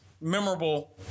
memorable